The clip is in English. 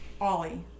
Ollie